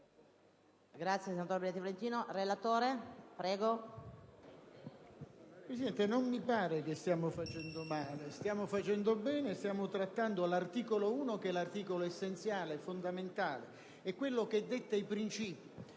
Presidente, non mi pare che stiamo facendo male. Stiamo facendo bene e stiamo trattando l'articolo 1 che è l'articolo essenziale, fondamentale: è quello che detta i principi.